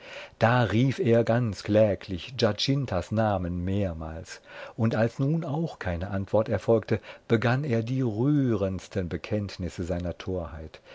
da rief er ganz kläglich giacintas namen mehrmals und als nun auch keine antwort erfolgte begann er die rührendsten bekenntnisse seiner